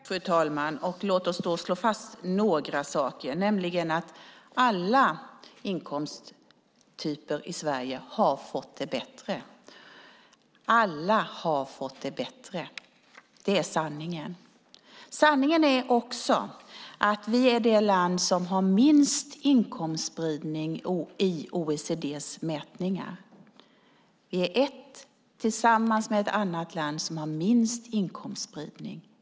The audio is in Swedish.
Fru talman! Låt oss då slå fast några saker: Alla inkomsttyper i Sverige har fått det bättre. Alla har fått det bättre. Det är sanningen. Sanningen är också att Sverige är det land som har minst inkomstspridning i OECD:s mätningar. Tillsammans med ett annat land är det vi som har den minsta inkomstspridningen.